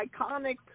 iconic